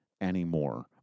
anymore